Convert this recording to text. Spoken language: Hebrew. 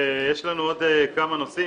יש לנו כמה נושאים,